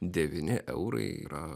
devyni eurai yra